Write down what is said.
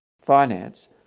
finance